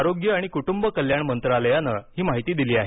आरोग्य आणि कुटुंबकल्याण मंत्रालयानं ही माहिती दिली आहे